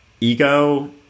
ego